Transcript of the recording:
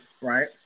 right